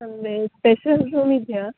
ನಮಗೆ special room ಇದೆಯಾ